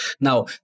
Now